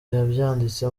yabyanditse